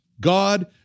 God